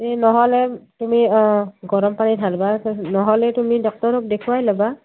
এই নহ'লে তুমি অঁ গৰম পানী ঢালিবা নহ'লে তুমি ডক্টৰক দেখুৱাই ল'বা